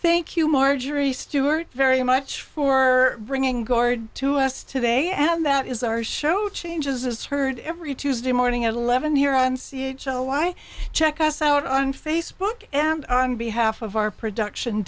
thank you marjorie stewart very much for bringing guard to us today and that is our show changes heard every tuesday morning at eleven here on why check us out on facebook and on behalf of our production